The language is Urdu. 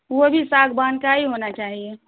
وہ بھی ساگوان کا ہی ہونا چاہیے